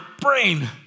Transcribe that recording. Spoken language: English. brain